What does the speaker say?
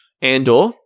Andor